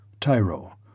Tyro